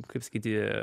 kaip sakyti